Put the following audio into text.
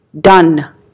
done